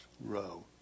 row